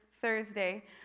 Thursday